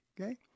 Okay